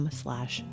slash